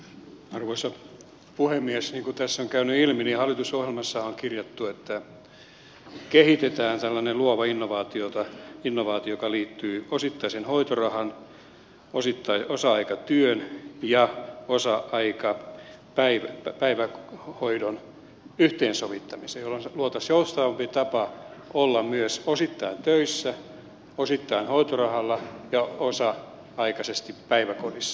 niin kuin tässä on käynyt ilmi hallitusohjelmassa on kirjattu että kehitetään tällainen luova innovaatio joka liittyy osittaisen hoitorahan osa aikatyön ja osa aikapäivähoidon yhteensovittamiseen jolloin luotaisiin joustavampi tapa olla myös osittain töissä osittain hoitorahalla ja osa aikaisesti päiväkodissa